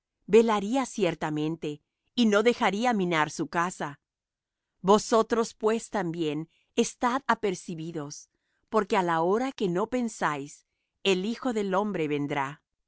velaría ciertamente y no dejaría minar su casa vosotros pues también estad apercibidos porque á la hora que no pensáis el hijo del hombre vendrá